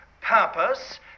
purpose